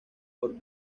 por